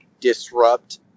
disrupt